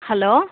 hello